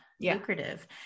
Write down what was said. lucrative